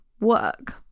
work